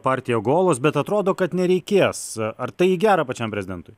partija golos bet atrodo kad nereikės ar tai į gera pačiam prezidentui